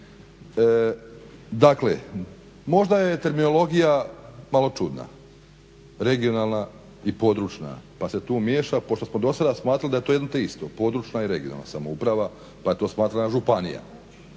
Dakle, možda je terminologija malo čudna, regionalna i područna pa se tu miješa, pošto smo dosada smatrali da je to jedno te isto, područna i regionalna samouprava, pa je to smatrana županija.